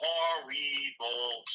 Horrible